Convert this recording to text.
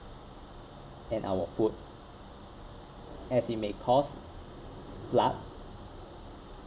and our food as it may cause flood